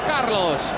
Carlos